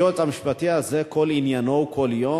היועץ המשפטי הזה כל עניינו כל יום,